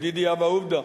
בדידי הווה עובדא,